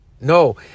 No